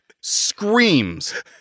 screams